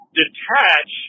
detach